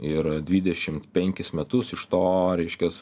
ir dvidešimt penkis metus iš to reiškias